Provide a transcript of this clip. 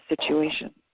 situation